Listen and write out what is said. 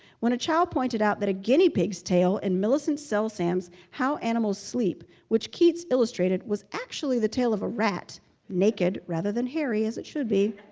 when a child pointed out that a guinea pig's tail in millicent selsam's how animals sleep, which keats illustrated, was actually the tail of a rat naked rather than hairy, as it should be,